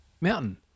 mountain